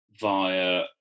via